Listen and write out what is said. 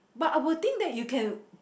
but I will think that you can